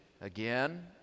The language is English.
Again